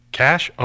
cash